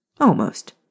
Almost